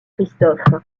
christophe